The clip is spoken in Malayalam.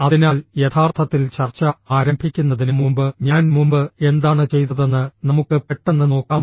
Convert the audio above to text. അതിനാൽ യഥാർത്ഥത്തിൽ ചർച്ച ആരംഭിക്കുന്നതിന് മുമ്പ് ഞാൻ മുമ്പ് എന്താണ് ചെയ്തതെന്ന് നമുക്ക് പെട്ടെന്ന് നോക്കാം